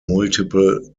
multiple